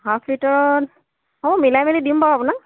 half লিটাৰত হ'ব মিলাই মেলি দিম বাৰু আপোনাক